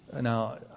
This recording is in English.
Now